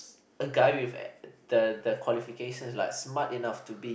a guy with a the the the qualification is like smart enough to be